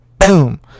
boom